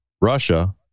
Russia